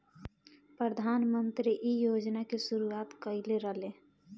प्रधानमंत्री इ योजना के शुरुआत कईले रलें